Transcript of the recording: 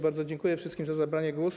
Bardzo dziękuję wszystkim za zabranie głosu.